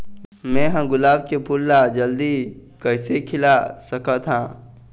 मैं ह गुलाब के फूल ला जल्दी कइसे खिला सकथ हा?